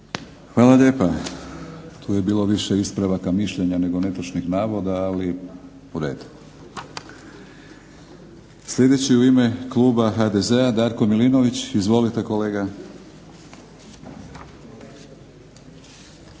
Hvala lijepa. Tu je bilo više ispravaka mišljenja nego netočnih navoda, ali u redu. Sljedeći u ime kluba HDZ-a Darko Milinović. Izvolite kolega.